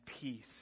peace